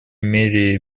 мере